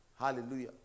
Hallelujah